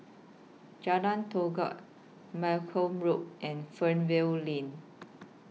Jalan Malcolm Road and Fernvale Lane